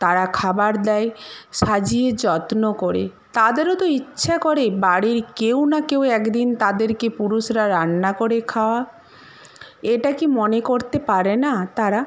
তারা খাবার দেয় সাজিয়ে যত্ন করে তাদেরও তো ইচ্ছা করে বাড়ির কেউ না কেউ এক দিন তাদেরকে পুরুষরা রান্না করে খাওয়া এটা কি মনে করতে পারে না তারা